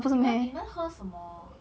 你们你们喝什么